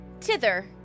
tither